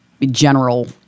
general